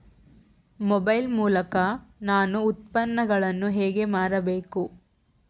Mobile ಮೂಲಕ ನಾನು ಉತ್ಪನ್ನಗಳನ್ನು ಹೇಗೆ ಮಾರಬೇಕು?